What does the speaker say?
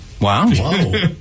Wow